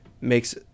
makes